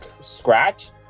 scratch